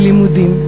בלימודים,